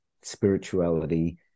spirituality